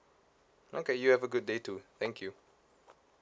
okay you have a good day too thank you